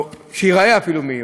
או אפילו שתיראה מהירה.